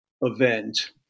event